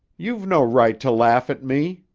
you've no right to laugh at me,